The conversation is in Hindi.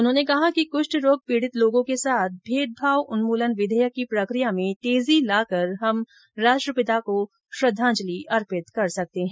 उन्होंने कहा कि कृष्ठ रोग पीड़ित व्यक्तियों के साथ भेदभाव उन्मूलन विधेयक की प्रक्रिया में तेजी लाकर हम राष्ट्रपिता को श्रद्दांजलि अर्पित कर सकते हैं